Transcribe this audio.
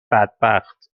بدبخت